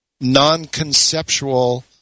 non-conceptual